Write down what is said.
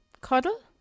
Cuddle